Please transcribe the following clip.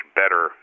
better